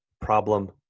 problem